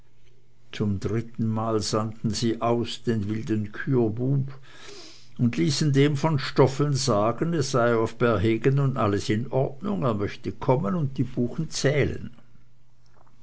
zum drittenmal sandten sie aus den wilden küherbub und ließen dem von stoffeln sagen es sei auf bärhegen nun alles in der ordnung er möchte kommen und die buchen zählen